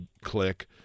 click